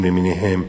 והדוגמנים למיניהם.